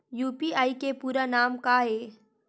UPI के पूरा नाम का ये?